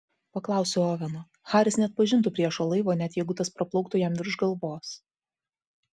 paklausiau oveno haris neatpažintų priešo laivo net jeigu tas praplauktų jam virš galvos